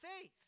faith